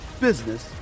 business